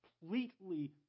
completely